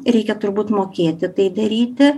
reikia turbūt mokėti tai daryti